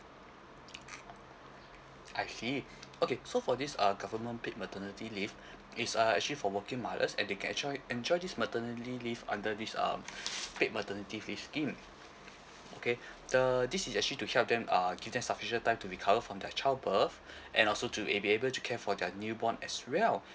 I see okay so for this uh government paid maternity leave it's uh actually for working mothers and they can enjoy enjoy this maternity leave under this um paid maternity leave scheme okay the this is actually to help them uh give them sufficient time to recover from their child birth and also to uh be able to took care for their new born as well